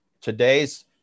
today's